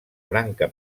branca